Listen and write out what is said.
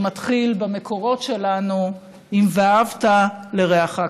שמתחיל במקורות שלנו עם "ואהבת לרעך כמוך".